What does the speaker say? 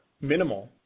minimal